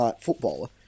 footballer